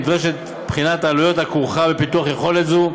נדרשת בחינת העלויות הכרוכות בפיתוח יכולת זו,